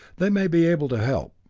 they may be able to help.